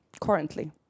currently